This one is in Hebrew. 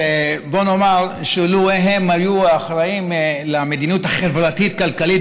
שבואו נאמר שלו הם היו אחראים למדיניות החברתית-כלכלית